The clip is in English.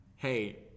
hey